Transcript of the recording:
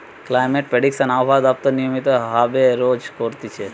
climate prediction আবহাওয়া দপ্তর নিয়মিত ভাবে রোজ করতিছে